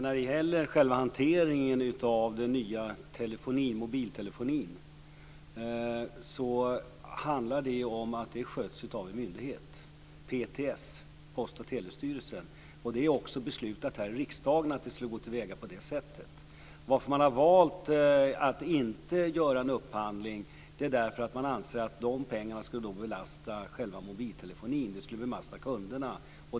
Fru talman! Själva hanteringen av den nya mobiltelefonin sköts av en myndighet - PTS, Post och telestyrelsen. Det är beslutat om här i riksdagen att det skulle gå till väga på det sättet. Man har valt att inte göra en upphandling därför att man anser att de pengarna då skulle belasta själva mobiltelefonin - det skulle belasta kunderna.